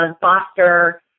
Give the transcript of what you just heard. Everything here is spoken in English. foster